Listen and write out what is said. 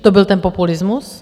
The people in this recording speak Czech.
To byl ten populismus?